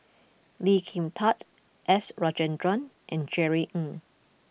Lee Kin Tat S Rajendran and Jerry Ng